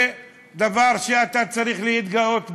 זה דבר שאתה צריך להתגאות בו.